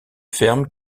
ferme